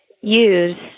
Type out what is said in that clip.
use